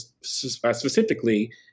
specifically